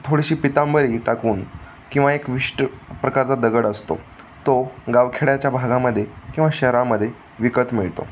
थोडीशी पितांबरी टाकून किंवा एक विशिष्ट प्रकारचा दगड असतो तो गावखेड्याच्या भागामध्ये किंवा शहरामध्ये विकत मिळतो